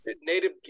native